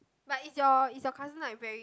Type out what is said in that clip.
but it's your is your cousin like very